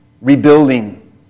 rebuilding